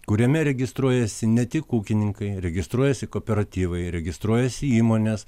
kuriame registruojasi ne tik ūkininkai registruojasi kooperatyvai registruojasi įmonės